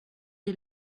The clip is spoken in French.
est